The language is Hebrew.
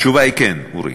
התשובה היא כן, אורי.